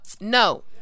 no